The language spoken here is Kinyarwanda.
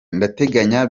ndateganya